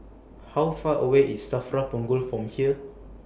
How Far away IS SAFRA Punggol from here